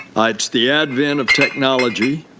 it's the advent of technology